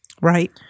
Right